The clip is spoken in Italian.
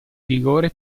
vigore